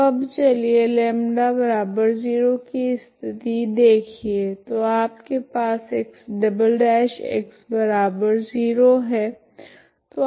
तो अब चलिए λ0 की स्थिति देखिए तो आपके पास X"0 है